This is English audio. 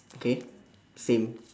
okay same